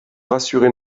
rassurer